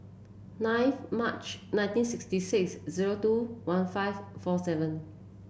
ninth March nineteen sixty six zero two one five four seven